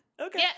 Okay